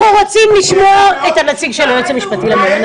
אנחנו רוצים לשמוע את הנציג של היועץ המשפטי לממשלה.